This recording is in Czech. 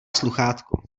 sluchátko